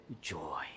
joy